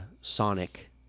Sonic